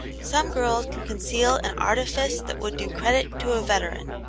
some girls can conceal an artifice that would do credit to a veteran.